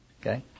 Okay